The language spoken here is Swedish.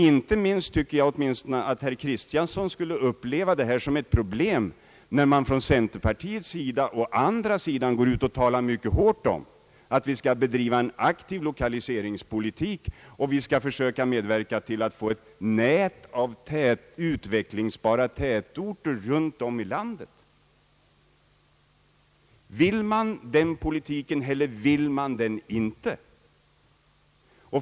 Inte minst herr Axel Kristiansson borde uppleva en långsam reform som ett problem, eftersom centerpartiet talar om att vi skall föra en aktiv lokaliseringspolitik och medverka till att det bildas utvecklingsbara tätorter runt om i landet. Vill man föra den politiken eller vill man det inte?